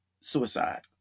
suicide